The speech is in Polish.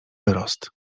wyrost